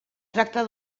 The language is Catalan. tracta